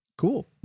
cool